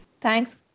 Thanks